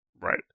Right